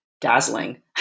dazzling